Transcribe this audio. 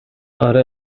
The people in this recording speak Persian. آره